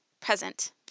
present